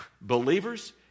believers